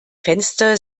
fenster